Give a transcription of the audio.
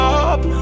up